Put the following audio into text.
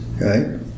right